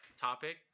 topic